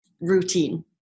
routine